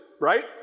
right